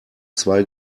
zwei